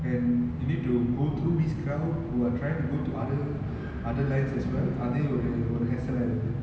and you need to go through this crowd who are trying to go to other other lines as well அதே ஒரு ஒரு:athe oru oru has at ah iruk~